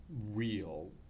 real